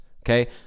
Okay